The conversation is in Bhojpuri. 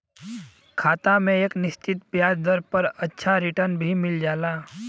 खाता में एक निश्चित ब्याज दर पर अच्छा रिटर्न भी मिल जाला